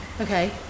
Okay